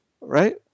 right